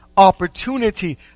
opportunity